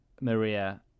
Maria